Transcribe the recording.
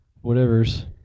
whatever's